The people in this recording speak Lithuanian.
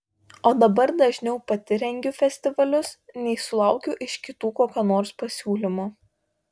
o dabar dažniau pati rengiu festivalius nei sulaukiu iš kitų kokio nors pasiūlymo